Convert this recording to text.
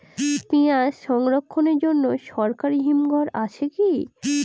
পিয়াজ সংরক্ষণের জন্য সরকারি হিমঘর আছে কি?